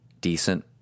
decent